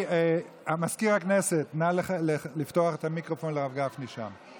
מזכיר הכנסת, נא לפתוח את המיקרופון לרב גפני שם.